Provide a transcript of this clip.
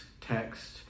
text